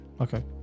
Okay